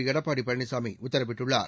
எடப்பாடி பழனிசாமி உத்தரவிட்டுள்ளார்